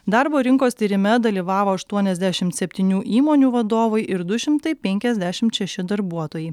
darbo rinkos tyrime dalyvavo aštuoniasdešimt septynių įmonių vadovai ir du šimtai penkiasdešimt šeši darbuotojai